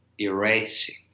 erasing